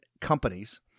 companies